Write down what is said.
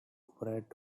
operate